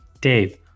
Dave